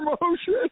promotion